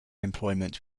employment